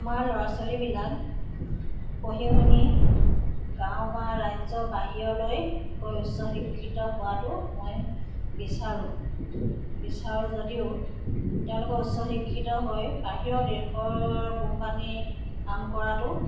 আমাৰ ল'ৰা ছোৱালীবিলাক পঢ়ি শুনি গাঁও বা ৰাজ্যৰ বাহিৰলৈ গৈ উচ্চ শিক্ষিত হোৱাটো মই বিচাৰোঁ বিচাৰোঁ যদিও তেওঁলোকে উচ্চ শিক্ষিত হৈ বাহিৰৰ দেশৰ কোম্পানী কাম কৰাটো